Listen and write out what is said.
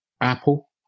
Apple